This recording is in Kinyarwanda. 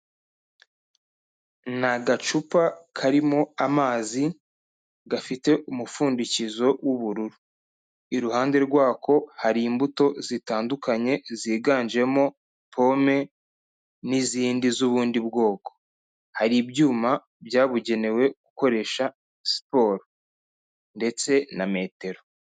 Ni agacupa karimo amazi, gafite umupfundikizo w'ubururu, iruhande rwako hari imbuto zitandukanye ziganjemo pome, n'izindi z'ubundi bwoko, hari ibyuma byabugenewe gukoresha siporo, ndetse na metero.